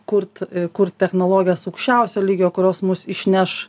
kurt kurt technologijos aukščiausio lygio kurios mus išneš